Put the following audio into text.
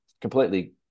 completely